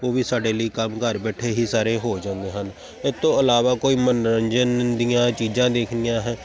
ਉਹ ਵੀ ਸਾਡੇ ਲਈ ਕੰਮ ਘਰ ਬੈਠੇ ਹੀ ਸਾਰੇ ਹੋ ਜਾਂਦੇ ਹਨ ਇਹ ਤੋਂ ਇਲਾਵਾ ਕੋਈ ਮਨੋਰੰਜਨ ਦੀਆਂ ਚੀਜ਼ਾਂ ਦੇਖਣੀਆਂ ਹੈ